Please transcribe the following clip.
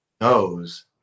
knows